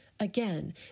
Again